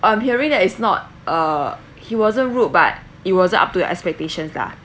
I'm hearing that is not uh he wasn't rude but he wasn't up to expectations lah